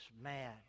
mad